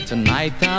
Tonight